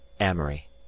amory